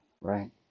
right